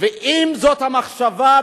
אם זאת המחשבה,